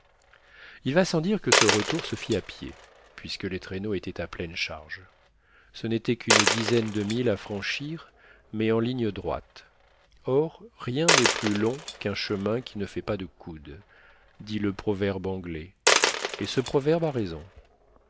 il va sans dire que ce retour se fit à pied puisque les traîneaux étaient à pleine charge ce n'était qu'une dizaine de milles à franchir mais en ligne droite or rien n'est plus long qu'un chemin qui ne fait pas de coudes dit le proverbe anglais et ce proverbe a raison